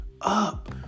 up